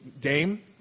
Dame